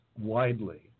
widely